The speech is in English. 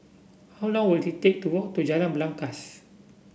how long will it take to walk to Jalan Belangkas